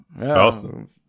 Awesome